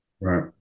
right